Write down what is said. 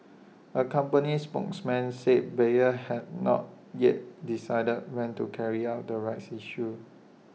A company spokesman said Bayer had not yet decided when to carry out the rights issue